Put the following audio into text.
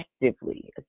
effectively